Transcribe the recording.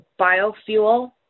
biofuel